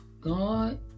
God